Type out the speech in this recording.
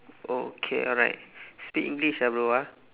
oh okay alright speak english ah brother ah